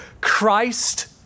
Christ